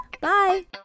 Bye